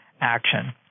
action